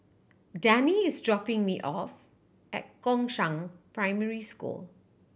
Dannie is dropping me off at Gongshang Primary School